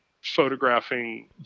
photographing